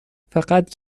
فقط